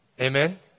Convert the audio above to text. Amen